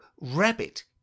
rabbit